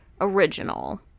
original